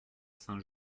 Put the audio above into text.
saint